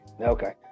Okay